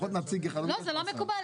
לפחות נציג אחד --- לא, זה לא מקובל.